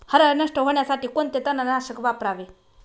हरळ नष्ट होण्यासाठी कोणते तणनाशक वापरावे?